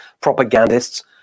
propagandists